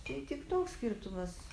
tai tik toks skirtumas